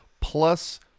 plus